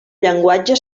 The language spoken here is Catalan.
llenguatge